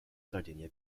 sardinia